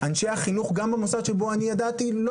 אנשי החינוך גם במוסד שבו אני גדלתי לא